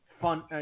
fun